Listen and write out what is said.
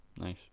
nice